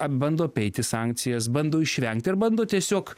bando apeiti sankcijas bando išvengti ir bando tiesiog